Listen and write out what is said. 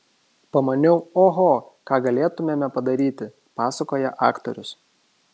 pamaniau oho ką galėtumėme padaryti pasakoja aktorius